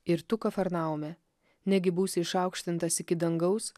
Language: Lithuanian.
ir tu kafarnaume negi būsi išaukštintas iki dangaus